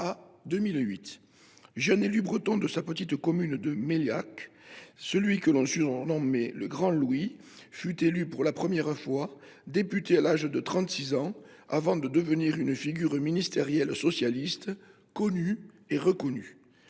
Jeune élu breton de sa petite commune de Mellac, celui que l’on surnommait « le grand Louis » fut élu pour la première fois député à l’âge de 36 ans, avant de devenir une figure ministérielle socialiste connue et reconnue.